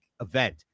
event